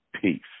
peace